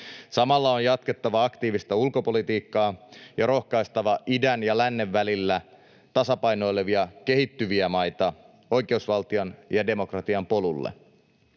Samalla on jatkettava aktiivista ulkopolitiikkaa ja rohkaistava idän ja lännen välillä tasapainoilevia kehittyviä maita oikeusvaltion ja demokratian polulle.